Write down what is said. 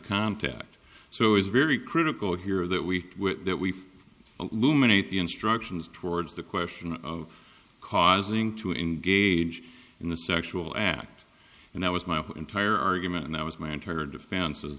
contact so is very critical here that we that we've aluminite the instructions towards the question of causing to engage in a sexual act and that was my entire argument and that was my entire defense